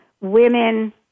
Women